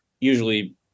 usually